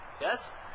Yes